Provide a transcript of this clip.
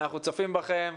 אנחנו צופים בכם,